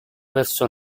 verso